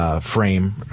Frame